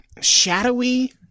shadowy